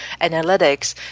analytics